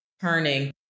turning